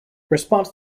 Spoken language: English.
response